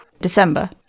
december